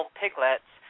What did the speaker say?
piglets